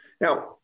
Now